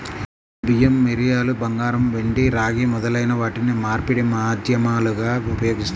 బియ్యం, మిరియాలు, బంగారం, వెండి, రాగి మొదలైన వాటిని మార్పిడి మాధ్యమాలుగా ఉపయోగిస్తారు